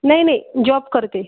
नाही नाही जॉब करते